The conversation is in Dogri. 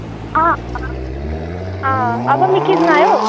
आं आं बा मिगी सनायो